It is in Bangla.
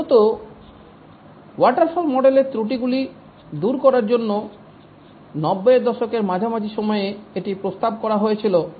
মূলত ওয়াটারফল মডেলের ত্রুটিগুলি দূর করার জন্য 90 এর দশকের মাঝামাঝি সময়ে এটি প্রস্তাব করা হয়েছিল